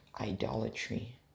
idolatry